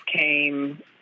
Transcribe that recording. came